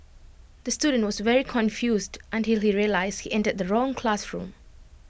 the student was very confused until he realised he entered the wrong classroom